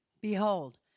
Behold